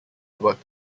worked